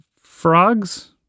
frogs